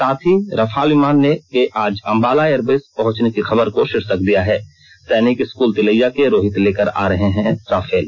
साथ ही रफाल विमान के आज अंबाला एयरबेस पहुंचने की खबर को शीर्षक दिया है सैनिक स्कूल तिलैया के रोहित लेकर आ रहे राफेल